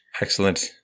Excellent